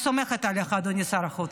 אני סומכת עליך, אדוני שר החוץ.